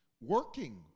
Working